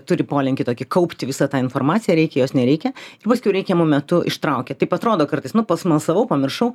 turi polinkį tokį kaupti visą tą informaciją reikia jos nereikia paskiau reikiamu metu ištraukia taip atrodo kartais nu pasmalsavau pamiršau